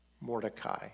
Mordecai